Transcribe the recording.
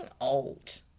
old